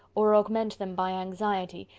or augment them by anxiety,